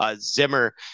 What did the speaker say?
Zimmer